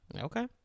Okay